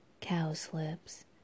cowslips